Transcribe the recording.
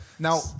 Now